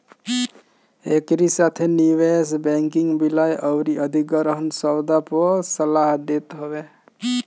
एकरी साथे निवेश बैंकिंग विलय अउरी अधिग्रहण सौदा पअ सलाह देत हवे